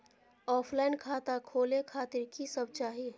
Offline खाता खोले खातिर की सब चाही?